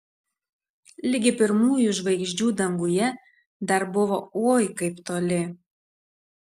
ligi pirmųjų žvaigždžių danguje dar buvo oi kaip toli